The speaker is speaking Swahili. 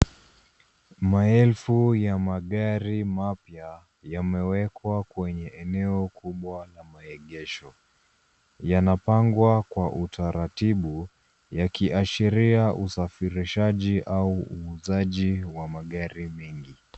Maelfu ya magari mapya yamewekwa kwenye eneo kubwa la maegesho. Yanapangwa kwa utaratibu yakiashiria usafirishaji au uuzaji wa magari mengi.